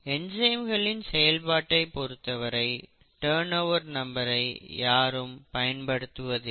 என்சைம்களின் செயல்பாட்டை பொறுத்தவரை டர்ன் ஓவர் நம்பரை யாரும் பயன்படுத்துவதில்லை